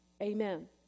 Amen